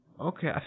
okay